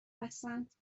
هستند